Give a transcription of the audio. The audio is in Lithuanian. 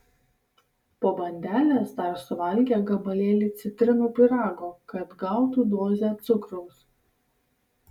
po bandelės dar suvalgė gabalėlį citrinų pyrago kad gautų dozę cukraus